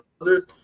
others